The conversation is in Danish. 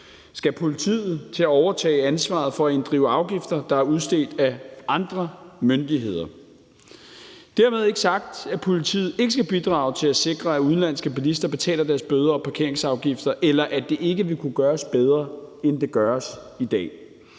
Skal politiet til at overtage ansvaret for at inddrive afgifter, der er udstedt af andre myndigheder? Dermed ikke sagt, at politiet ikke skal bidrage til at sikre, at udenlandske bilister betaler deres bøder og parkeringsafgifter, eller at det ikke vil kunne gøres bedre, end det gøres i dag.